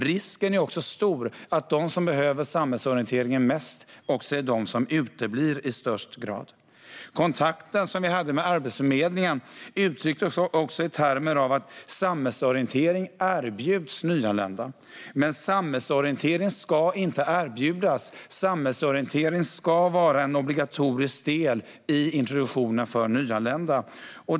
Risken är också stor att de som behöver samhällsorienteringen mest också är de som uteblir i störst grad. Kontakten med Arbetsförmedlingen uttrycktes också i termer av att samhällsorientering erbjuds nyanlända. Men samhällsorientering ska inte erbjudas, utan samhällsorientering ska vara en obligatorisk del i introduktionen för nyanlända.